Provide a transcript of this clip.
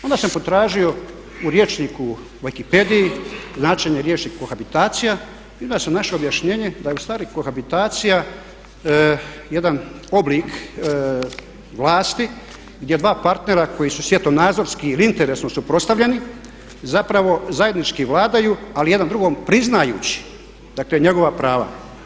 Onda sam potražio u rječniku u Wikipediji značenje riječi kohabitacija i onda sam našao objašnjenje da je ustvari kohabitacija jedan oblik vlasti gdje dva partnera koji su svjetonazorski ili interesno suprotstavljeni zapravo zajednički vladaju ali jedan drugom priznajući dakle njegova prava.